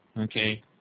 okay